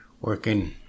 working